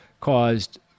caused